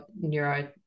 neuro